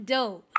Dope